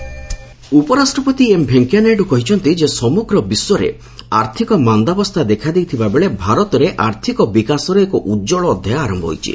VP Paris ଉପରାଷ୍ଟ୍ରପତି M Venkaiah Naidu କହିଚ୍ଚନ୍ତି ଯେ ସମଗ୍ର ବିଶ୍ୱରେ ଆର୍ଥିକ ମାନ୍ଦାବସ୍ଥା ଦେଖାଦେଇଥିବା ବେଳେ ଭାରତରେ ଆର୍ଥିକ ବିକାଶର ଏକ ଉଜ୍ଜଳ ଅଧ୍ୟାୟ ଆରମ୍ଭ ହୋଇଛି